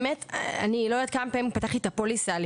באמת אני לא יודעת כמה פעמים פתחתי את הפוליסה שלי